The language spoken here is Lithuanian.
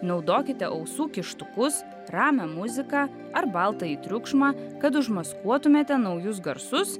naudokite ausų kištukus ramią muziką ar baltąjį triukšmą kad užmaskuotumėte naujus garsus